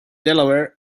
delaware